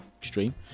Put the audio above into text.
extreme